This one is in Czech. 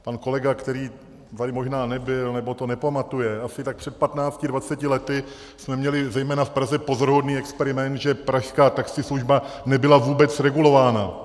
Pan kolega, který tady možná nebyl, nebo to nepamatuje, asi tak před patnácti, dvaceti lety jsme měli zejména v Praze pozoruhodný experiment, že pražská taxislužba nebyla vůbec regulována.